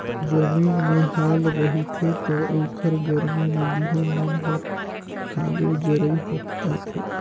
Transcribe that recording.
जमीन में हाल रहिथे त ओखर गरमी में बिहन मन हर हालू जरई आथे